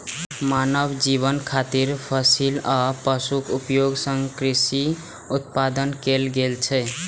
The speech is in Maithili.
मानव जीवन खातिर फसिल आ पशुक उपयोग सं कृषि उत्पादन कैल जाइ छै